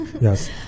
Yes